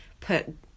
put